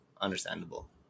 Understandable